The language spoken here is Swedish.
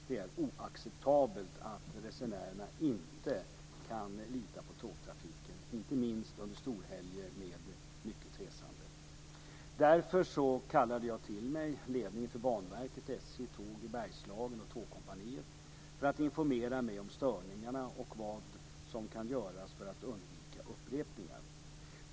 Det är oacceptabelt att resenärerna inte kan lita på tågtrafiken, inte minst under storhelger med mycket resande. Därför kallade jag till mig ledningen för Banverket, SJ, Tåg i Bergslagen och Tågkompaniet för att informera mig om störningarna och vad som kan göras för att undvika upprepningar.